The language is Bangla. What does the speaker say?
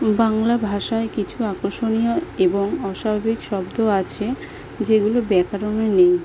বাংলা ভাষায় কিছু আকর্ষণীয় এবং অস্বাভাবিক শব্দ আছে যেগুলো ব্যাকারণে নেই